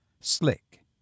slick